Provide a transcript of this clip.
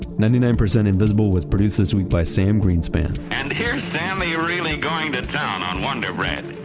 ninety nine percent invisible was produced this week by sam greenspan and here's sammy really going to town on wonder bread.